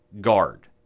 guard